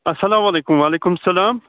اسلام علیکُم وعلیکُم اسلام